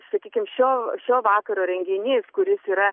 sakykim šio šio vakaro renginys kuris yra